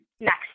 next